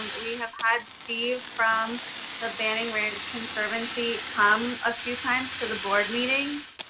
we have had steve from the banning ranch conservancy come a few times to the board meetings.